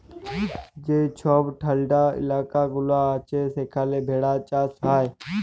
যে ছব ঠাল্ডা ইলাকা গুলা আছে সেখালে ভেড়া চাষ হ্যয়